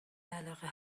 علاقه